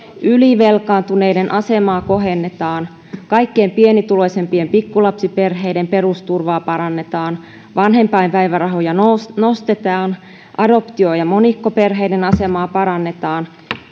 ylivelkaantuneiden asemaa kohennetaan kaikkein pienituloisimpien pikkulapsiperheiden perusturvaa parannetaan vanhempainpäivärahoja nostetaan nostetaan adoptio ja ja monikkoperheiden asemaa parannetaan